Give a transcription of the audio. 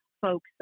folks